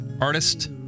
artist